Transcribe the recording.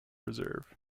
reserve